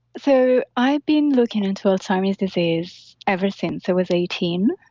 so, i've been looking into alzheimer's disease ever since i was eighteen.